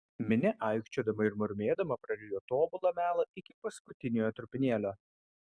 minia aikčiodama ir murmėdama prarijo tobulą melą iki paskutinio trupinėlio